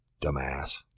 Dumbass